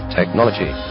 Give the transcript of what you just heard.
technology